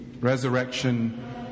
Resurrection